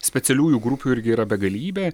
specialiųjų grupių irgi yra begalybė